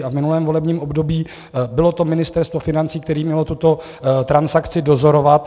A v minulém volebním období bylo to Ministerstvo financí, které mělo tuto transakci dozorovat.